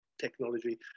technology